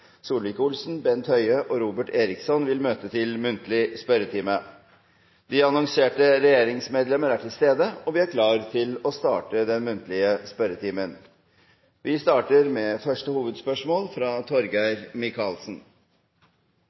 Bent Høie og Robert Eriksson vil møte til muntlig spørretime. De annonserte regjeringsmedlemmer er til stede, og vi er klare til å starte den muntlige spørretimen. Vi starter med første hovedspørsmål, fra representanten Torgeir Micaelsen.